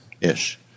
Ish